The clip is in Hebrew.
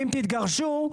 אם תתרגשו,